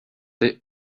they